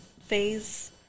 phase